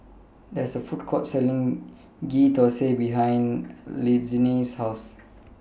There IS A Food Court Selling Ghee Thosai behind Lyndsey's House